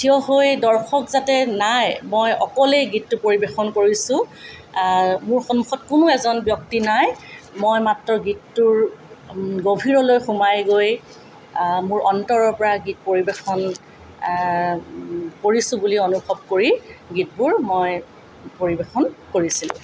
ঠিয় হৈ দৰ্শক যাতে নাই মই অকলেই গীতটো পৰিৱেশন কৰিছোঁ মোৰ সন্মুখত কোনো এজন ব্যক্তি নাই মই মাত্ৰ গীতটোৰ গভীৰলৈ সোমাই গৈ মোৰ অন্তৰৰ পৰা গীত পৰিৱেশন কৰিছোঁ বুলি অনুভৱ কৰি গীতবোৰ মই পৰিৱেশন কৰিছিলোঁ